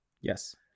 yes